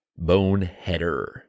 boneheader